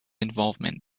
involvement